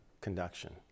conduction